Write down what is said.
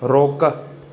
रोक़ु